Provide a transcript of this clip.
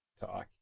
talk